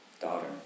daughter